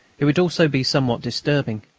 it would also be somewhat disturbing,